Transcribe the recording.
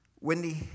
Wendy